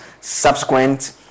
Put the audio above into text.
subsequent